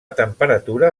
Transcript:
temperatura